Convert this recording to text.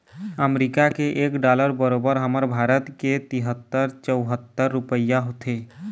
अमरीका के एक डॉलर बरोबर हमर भारत के तिहत्तर चउहत्तर रूपइया होथे